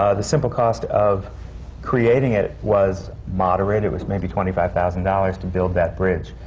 ah the simple cost of creating it was moderate. it was maybe twenty-five thousand dollars to build that bridge.